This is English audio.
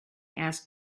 asked